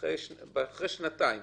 אחרי שנתיים